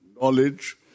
knowledge